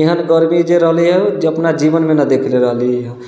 एहन गरमी जे रहलैया जे अपना जीवनमे नहि देखले रहलियै हम